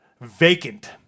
Vacant